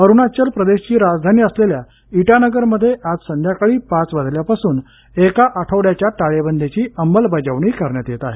अरुणाचल प्रदेशची राजधानी असलेल्या इटानगरमध्ये आज संध्याकाळी पाच वाजल्यापासून एका आठवड्याच्या टाळेबदीची अंमलबजावणी करण्यात येत आहे